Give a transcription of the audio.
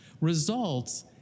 results